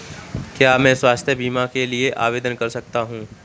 क्या मैं स्वास्थ्य बीमा के लिए आवेदन कर सकता हूँ?